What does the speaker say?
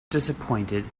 disappointed